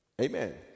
amen